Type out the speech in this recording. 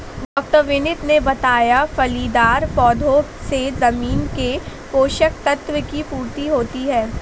डॉ विनीत ने बताया फलीदार पौधों से जमीन के पोशक तत्व की पूर्ति होती है